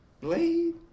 Blade